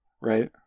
right